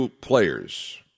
players